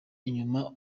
inyuma